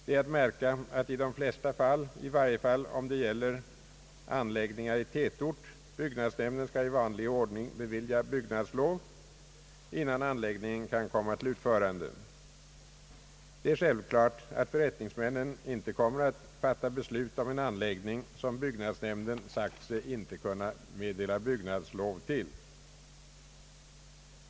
Det är att märka att i de flesta fall — i varje fall om det gäller anläggningar i tätort — byggnadsnämnden skall i vanlig ordning bevilja byggnadslov innan anläggningen kan komma till utförande. Det är självklart att förrättningsmännen inte kommer att fatta beslut om en anläggning som byggnadsnämnden sagt sig inte kunna meddela byggnadslov till.